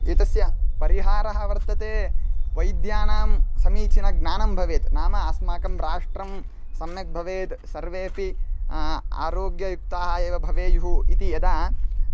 एतस्य परिहारः वर्तते वैद्यानां समीचीनज्ञानं भवेत् नाम अस्माकं राष्ट्रं सम्यक् भवेद् सर्वेपि आरोग्ययुक्ताः एव भवेयुः इति यदा